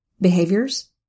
behaviors